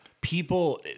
People